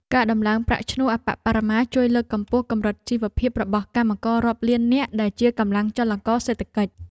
ការដំឡើងប្រាក់ឈ្នួលអប្បបរមាជួយលើកកម្ពស់កម្រិតជីវភាពរបស់កម្មកររាប់លាននាក់ដែលជាកម្លាំងចលករសេដ្ឋកិច្ច។